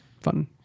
fun